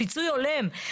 בפיצוי הולם.